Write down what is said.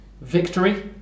victory